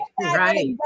Right